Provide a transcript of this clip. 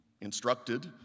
instructed